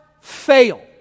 fail